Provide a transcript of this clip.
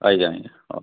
ଆଜ୍ଞା ଆଜ୍ଞା ହେଉ